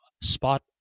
spot